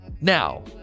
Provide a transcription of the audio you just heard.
Now